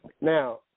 Now